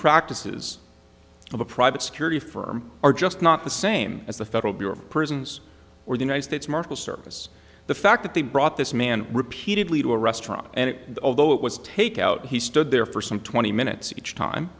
practices of the private security firm are just not the same as the federal bureau of prisons or the united states marshal service the fact that they brought this man repeatedly to a restaurant and although it was takeout he stood there for some twenty minutes each time